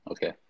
Okay